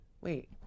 Wait